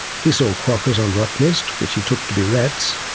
he saw quokkas on rottnest which he took to be rats,